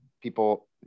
people